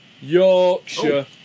Yorkshire